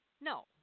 No